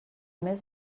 mes